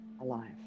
alive